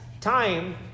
Time